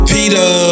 Peter